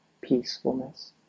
peacefulness